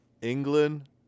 England